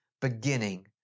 beginning